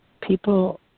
people